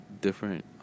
different